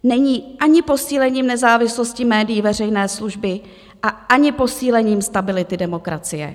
Není ani posílením nezávislosti médií veřejné služby a ani posílením stability demokracie.